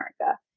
America